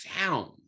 sound